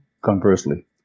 conversely